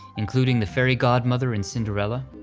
including the fairy godmother in cinderella,